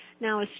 Now